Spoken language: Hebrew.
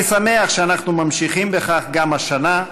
אני שמח שאנחנו ממשיכים בכך גם השנה.